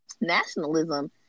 nationalism